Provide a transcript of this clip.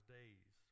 days